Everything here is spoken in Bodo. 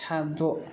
साद'